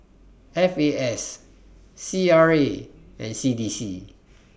F A S C R A and C D C